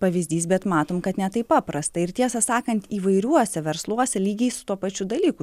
pavyzdys bet matom kad ne taip paprasta ir tiesą sakant įvairiuose versluose lygiai su tuo pačiu dalyku